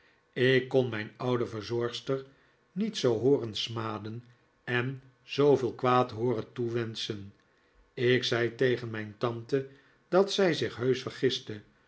ik kon mijn oude verzorgster niet zoo hooren smaden en zooveel kwaad hooren toewenschen ik zei tegen mijn tante dat zij zich